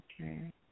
Okay